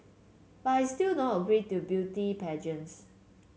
but I still don't agree to beauty pageants